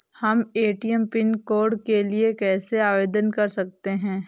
हम ATM pin code के लिए कैसे आवेदन कर सकते हैं?